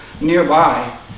nearby